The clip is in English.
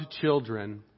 children